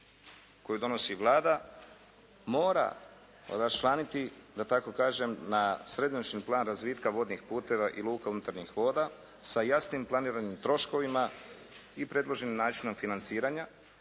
koju donosi Vlada mora raščlaniti da tako kažem na srednjoročni plan razvitka vodnih puteva i luka unutarnjih voda sa jasnim planiranim troškovima i predloženim načinom financiranja